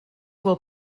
will